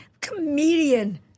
comedian